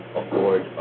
afford